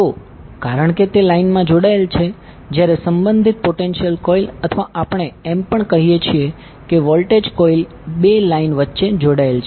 તો કારણ કે તે લાઈનમાં જોડાયેલ છે જ્યારે સંબંધિત પોટેન્શિયલ કોઇલ અથવા આપણે એમ પણ કહીએ છીએ કે વોલ્ટેજ કોઇલ બે લાઈન વચ્ચે જોડાયેલ છે